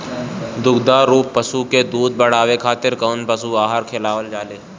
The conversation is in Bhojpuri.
दुग्धारू पशु के दुध बढ़ावे खातिर कौन पशु आहार खिलावल जाले?